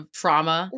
trauma